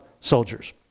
soldiers